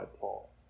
Paul